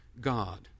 God